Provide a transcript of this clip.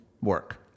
work